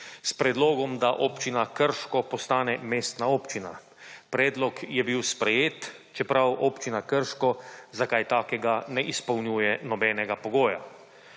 s predlogom, da občina Krško postane mestna občina. Predlog je bil sprejet, čeprav občina Krško za kaj takega ne izpolnjuje nobenega pogoja.